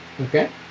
Okay